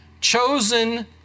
chosen